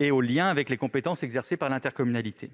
et au lien avec les compétences exercées par l'intercommunalité ;